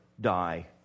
die